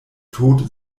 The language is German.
tod